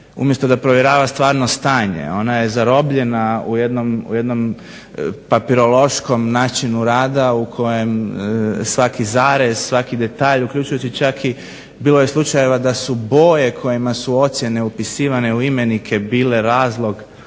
umjesto da povjerava stvarno stanje. Ona je zarobljena u jednom papirološkom načinu rada u kojem svaki zarez, svaki detalj, uključujući čak i da su bilo je slučajeva da su boje kojima su ocjene upisivane u imenike bile razlog